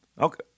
Okay